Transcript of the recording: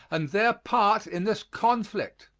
and their part in this conflict.